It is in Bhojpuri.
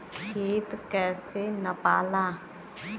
खेत कैसे नपाला?